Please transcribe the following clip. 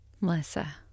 Melissa